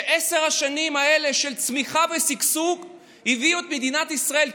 שעשר השנים האלה של צמיחה ושגשוג הביאו את מדינת ישראל קדימה?